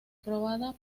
probada